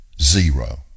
Zero